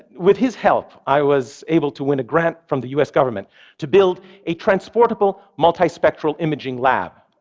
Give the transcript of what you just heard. with his help, i was able to win a grant from the us government to build a transportable, multispectral imaging lab,